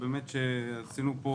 שעשינו פה